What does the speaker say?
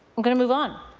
i'm going to move on.